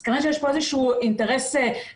אז כנראה שיש פה אינטרס כלכלי,